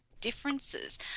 differences